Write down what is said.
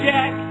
Jack